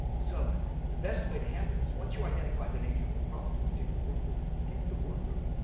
so the best way to handle it is once you identify the nature of a problem in a particular work group, get the work group,